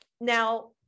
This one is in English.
Now